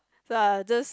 so I just